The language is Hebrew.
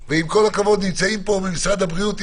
את משירותי בריאות הציבור,